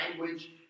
language